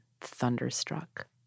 thunderstruck